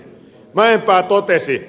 mäenpää totesi